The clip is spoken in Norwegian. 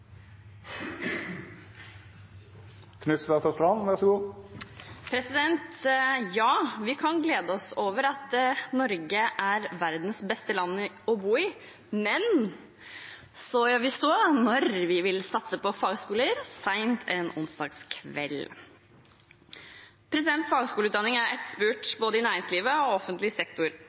verdens beste land å bo i, men så gjør vi så når vi vil satse på fagskoler sent en onsdags kveld. Fagskoleutdanning er etterspurt både i næringslivet og i offentlig sektor.